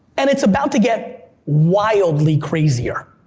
and it's about to get wildly crazier.